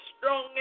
strong